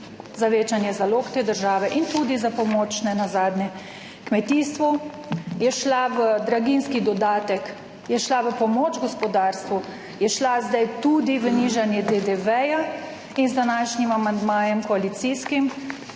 za večanje zalog te države in tudi za pomoč, nenazadnje, kmetijstvu. Je šla v draginjski dodatek. Je šla v pomoč gospodarstvu. Je šla zdaj tudi v nižanje DDV in z današnjim koalicijskim